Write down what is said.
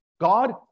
God